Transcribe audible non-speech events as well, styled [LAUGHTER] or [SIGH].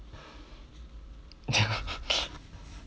[LAUGHS]